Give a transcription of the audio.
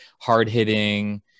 hard-hitting